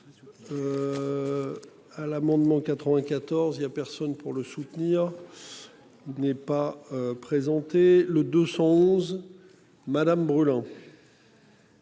À l'amendement 94 il y a personne pour le soutenir. N'est pas présenté le 211 Madame brûlant.